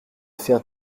faire